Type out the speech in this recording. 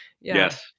Yes